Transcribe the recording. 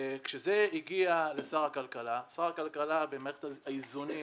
כשזה הגיע לשר הכלכלה הוא שקל במערכת האיזונים